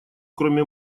кроме